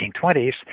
1920s